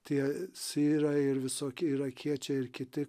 tie sirai ir visokie irakiečiai ir kiti